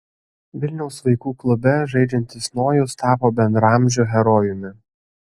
vilniaus vaikų klube žaidžiantis nojus tapo bendraamžių herojumi